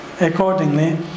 accordingly